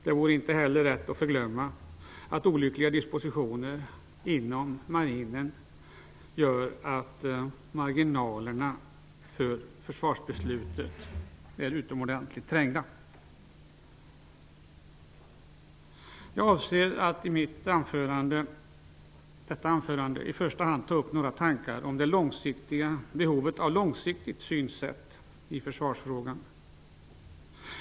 Det vore inte heller rätt att förglömma att olyckliga dispositioner inom marinen gör att marginalerna för försvarsbeslutet är utomordentligt trängda. Jag avser i detta anförande i första hand att ta upp några tankar om behovet av ett långsiktigt synsätt i försvarsfrågan.